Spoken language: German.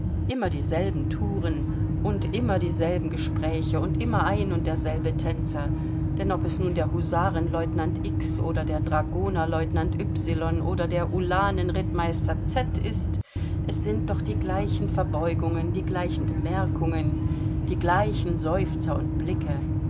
immer dieselben touren und immer dieselben gespräche und immer ein und derselbe tänzer denn ob es nun der husarenlieutenant x oder der dragonerlieutenant y oder der ulanenrittmeister z ist es sind doch die gleichen verbeugungen die gleichen bemerkungen die gleichen seufzer und blicke